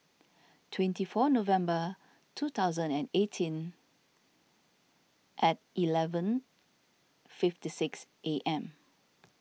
twenty four November two thousand and eighteen at eleven fifty six am